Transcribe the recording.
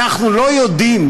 אנחנו לא יודעים,